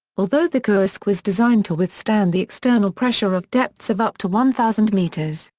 although the kursk was designed to withstand the external pressure of depths of up to one thousand metres,